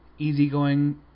Easygoing